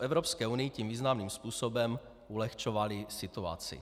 Evropské unii tím významným způsobem ulehčovaly situaci.